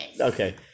Okay